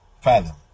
fathom